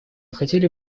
хотели